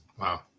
Wow